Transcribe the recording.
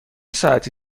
ساعتی